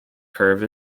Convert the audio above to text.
curve